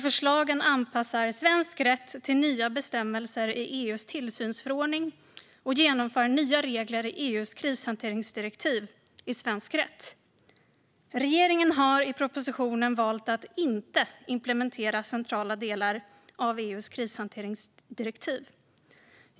Förslagen anpassar svensk rätt till nya bestämmelser i EU:s tillsynsförordning och genomför nya regler i EU:s krishanteringsdirektiv i svensk rätt. Regeringen har i propositionen valt att inte implementera centrala delar av EU:s krishanteringsdirektiv.